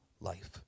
life